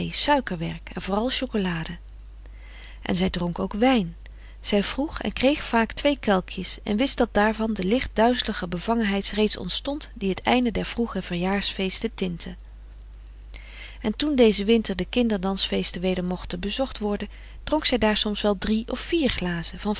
suikerwerk en vooral chocolade en zij dronk ook wijn zij vroeg en kreeg vaak twee frederik van eeden van de koele meren des doods kelkjes en wist dat daarvan de licht duizelige bevangenheid reeds ontstond die het einde der vroegere verjaarfeesten tintte en toen dezen winter de kinder dansfeesten weder mochten bezocht worden dronk zij daar soms wel drie of vier glazen van